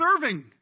serving